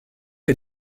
est